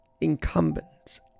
incumbent's